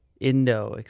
Indo